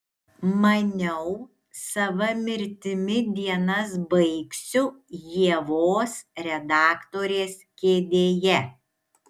maniau sava mirtimi dienas baigsiu ievos redaktorės kėdėje